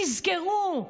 תזכרו.